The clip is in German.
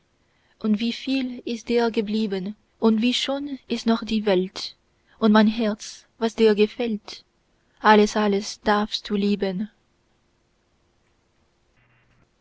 und wieviel ist dir geblieben und wie schön ist noch die welt und mein herz was dir gefällt alles alles darfst du lieben